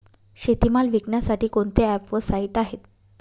शेतीमाल विकण्यासाठी कोणते ॲप व साईट आहेत?